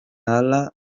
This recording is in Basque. ala